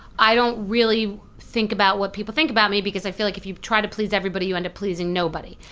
i don't really think about what people think about me because i feel like if you try to please everybody you end up pleasing nobody.